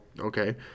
okay